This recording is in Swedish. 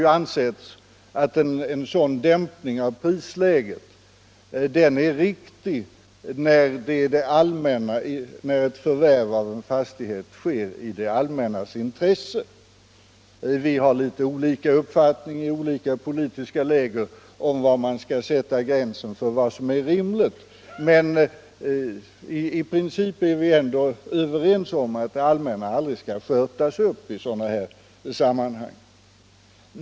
Det anses att en sådan dämp ning av prisläget är riktig när ett förvärv av en fastighet sker i det all männas intresse. Vi har litet olika uppfattning i olika politiska läger om var gränsen skall sättas för vad som är rimligt, men i princip är vi ändå överens om att det allmänna aldrig skall skörtas upp i sådana här sam manhang.